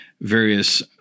various